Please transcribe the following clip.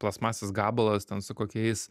plastmasės gabalas ten su kokiais